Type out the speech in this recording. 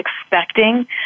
expecting